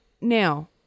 Now